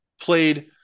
played